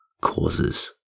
causes